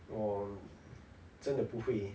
我真的不会